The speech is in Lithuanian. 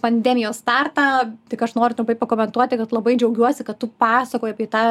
pandemijos startą tik aš noriu trumpai pakomentuoti kad labai džiaugiuosi kad tu pasakoji apie tą